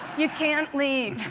you can't leave.